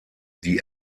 die